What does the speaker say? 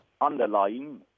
underlying